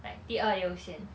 like 第二优先